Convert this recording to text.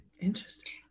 Interesting